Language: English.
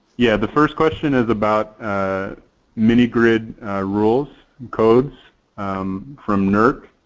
yeah the first question is about mini-grid rules and codes from nerc.